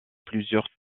plusieurs